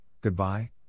goodbye